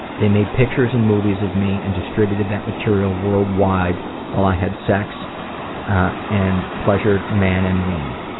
they make pictures and movies of me and distributed that material world wide while i had sex ah and pleasured man and woman.